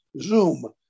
Zoom